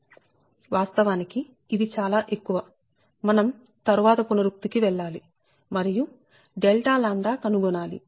వాస్తవానికి ఇది చాలా ఎక్కువ మనం తరువాత పునరుక్తి కి వెళ్ళాలి మరియు Δ 𝜆 కనుగొనాలి